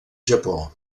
japó